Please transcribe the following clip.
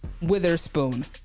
Witherspoon